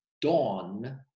dawn